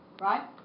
right